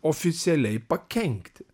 oficialiai pakenkti